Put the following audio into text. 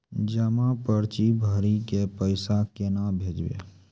जमा पर्ची भरी के पैसा केना भेजबे?